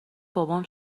بابام